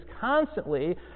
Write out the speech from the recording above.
constantly